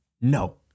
no